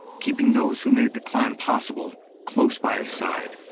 keeping those who made the climb possible close by his side.